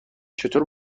چطور